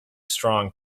strong